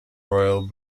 royal